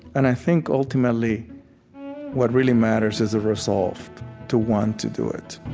and i think ultimately what really matters is the resolve to want to do it,